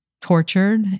tortured